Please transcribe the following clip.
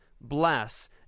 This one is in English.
bless